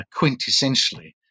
quintessentially